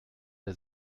der